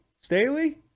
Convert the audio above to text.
Staley